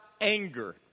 anger